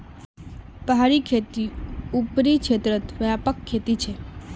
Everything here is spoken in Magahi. पहाड़ी खेती ऊपरी क्षेत्रत व्यापक खेती छे